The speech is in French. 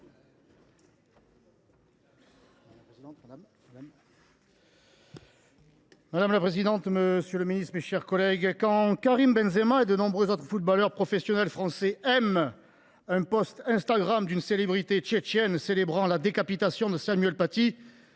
Madame la présidente, monsieur le ministre, mes chers collègues, quand Karim Benzema et de nombreux autres footballeurs professionnels français « aiment » le post Instagram d’une célébrité tchétchène célébrant la décapitation de Samuel Paty,